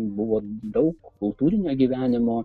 buvo daug kultūrinio gyvenimo